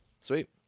Sweet